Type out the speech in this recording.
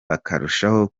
bakarushaho